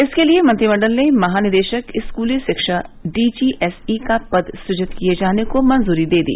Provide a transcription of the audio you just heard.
इसके लिये मंत्रिमंडल ने महानिदेशक स्कूल शिक्षा डीजीएसई का पद सृजित किये जाने को मंजूरी दे दी